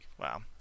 wow